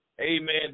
amen